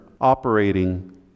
operating